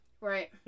Right